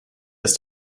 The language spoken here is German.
ist